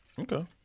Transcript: Okay